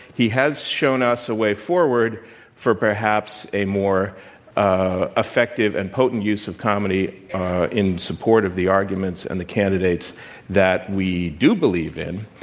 he has shown us a way forward for perhaps a more ah effective and potent use of comedy in support of the arguments and the candidates that we do believe in.